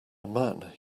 man